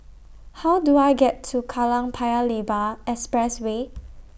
How Do I get to Kallang Paya Lebar Expressway